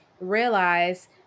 realize